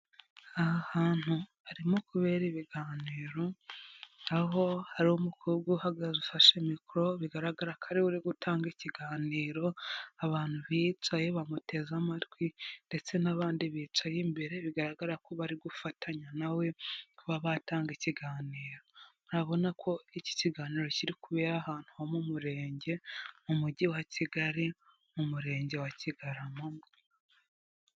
aha hantu harimo kubera ibiganiro aho hari umukobwa uhagaze ufashe mickoro bigaragara aka ari gutanga ikiganiro abantu biyitsa bamuteze amatwi ndetse n'abandi bicaye imbere bigaragara ko bari gufatanya nawe we kuba batanga ikiganiro ntabona ko iki kiganiro kiri kubera ahantu ho umurenge mu mujyi wa kigali mu murenge wa kigaramamo.